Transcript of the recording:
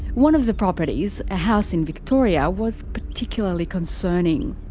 one of the properties, a house in victoria, was particularly concerning.